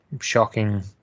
shocking